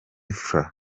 fla